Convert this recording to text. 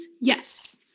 yes